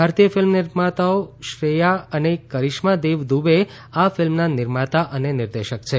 ભારતીય ફિલ્મ નિર્માતાઓ શ્રેયા અને કરિશ્માદેવ દુબે આ ફિલ્મના નિર્માતા અને દિગ્દર્શક છે